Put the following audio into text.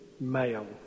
Male